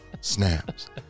snaps